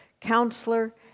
counselor